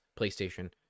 PlayStation